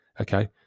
okay